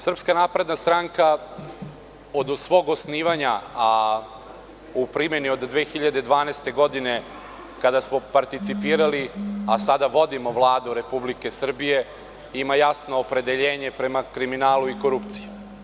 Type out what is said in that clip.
Srpska napredna stranka od svog osnivanja, a u primeni od 2012. godine kada smo participirali, a sada vodimo Vladu Republike Srbije, ima jasno opredeljenje prema kriminalu i korupciji.